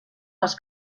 els